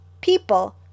people